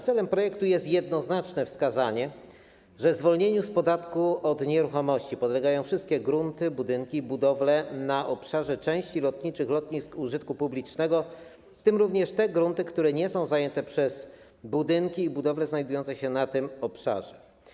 Celem projektu jest jednoznaczne wskazanie, że zwolnieniu z podatku od nieruchomości podlegają wszystkie grunty, budynki i budowle na obszarze części lotniczych lotnisk użytku publicznego, w tym również te grunty, które nie są zajęte przez budynki i budowle znajdujące się na tym obszarze.